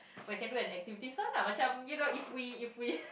where can do an activity one lah macam you know if we if we